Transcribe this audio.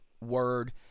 word